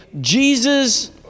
Jesus